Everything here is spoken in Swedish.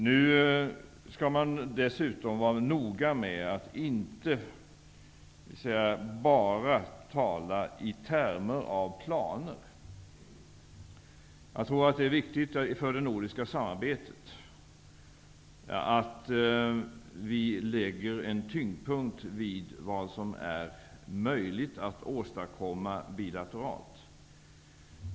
Nu skall man dessutom vara noga med att inte bara tala i termer av planer. Jag tror att det är viktigt för det nordiska samarbetet att vi lägger en tyngdpunkt vid vad som är möjligt att åstadkomma bilateralt.